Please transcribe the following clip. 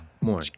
More